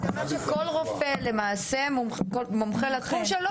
זאת אומרת שכל רופא שמומחה בתחום שלו,